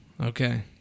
Okay